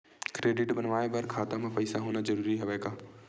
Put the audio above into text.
Credit बनवाय बर खाता म पईसा होना जरूरी हवय का?